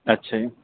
ਅੱਛਾ ਜੀ